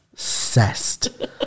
obsessed